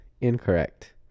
incorrect